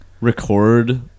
record